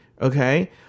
okay